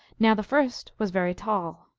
now the first was very tall,